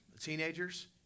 Teenagers